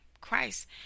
christ